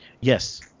Yes